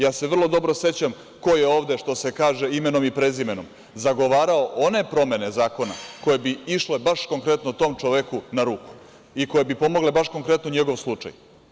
Ja se vrlo dobro sećam ko je ovde, što se kaže, imenom i prezimenom zagovarao one promene zakona koje bi išle baš konkretno tom čoveku na ruku i koje bi pomogle baš konkretno u njegovom slučaju.